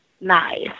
nice